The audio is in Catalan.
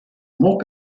molt